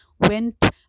went